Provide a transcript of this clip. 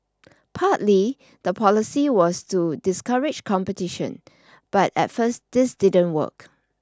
partly the policy was to discourage competition but at first this didn't work